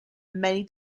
many